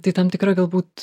tai tam tikra galbūt